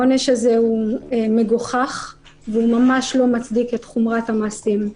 העונש הזה הוא מגוחך וממש לא מצדיק את חומרת המעשים.